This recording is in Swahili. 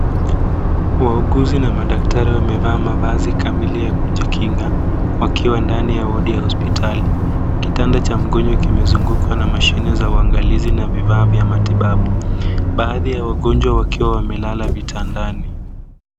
Wauguzi na madaktari wamevaa mavazi kamili ya kujikinga , wakiwa ndani ya wodi ya hospitali. Kitanda cha mgonjwa kimezungukwa na mashine za uangalizi na vifaa vya matibabu, baadhi ya wagonjwa wakiwa wamelala vitandani.